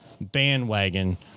bandwagon